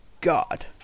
god